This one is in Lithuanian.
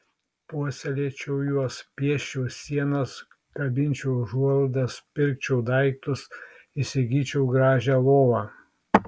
puoselėčiau juos pieščiau sienas kabinčiau užuolaidas pirkčiau daiktus įsigyčiau gražią lovą